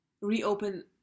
reopen